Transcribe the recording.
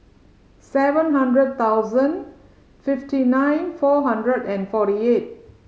seven hundred thousand fifty nine four hundred and forty eight